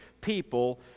people